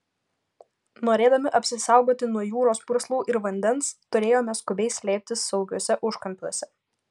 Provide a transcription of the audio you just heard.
norėdami apsisaugoti nuo jūros purslų ir vandens turėjome skubiai slėptis saugiuose užkampiuose